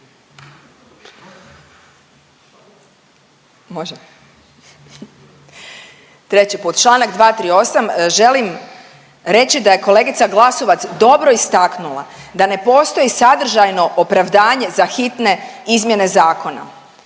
Može? Treći put članak 238. želim reći da je kolegica Glasovac dobro istaknula da ne postoji sadržajno opravdanje za hitne izmjene zakona